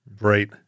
Right